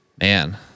Man